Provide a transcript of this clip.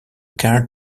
car